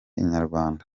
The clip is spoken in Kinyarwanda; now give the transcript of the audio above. inyarwanda